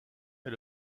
est